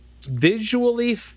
visually